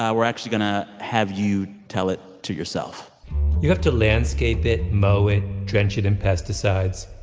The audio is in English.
um we're actually going to have you tell it to yourself you have to landscape it, mow it, drench it in pesticides,